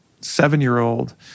seven-year-old